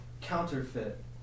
counterfeit